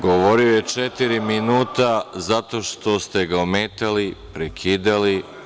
Govorio je četiri minuta zato što ste ga ometali, prekidali.